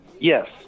Yes